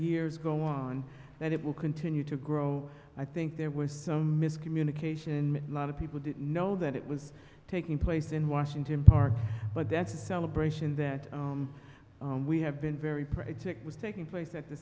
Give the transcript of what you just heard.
years go on that it will continue to grow i think there was some miscommunication lot of people didn't know that it was taking place in washington park but that's a celebration that we have been very project was taking place at the